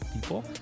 people